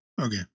Okay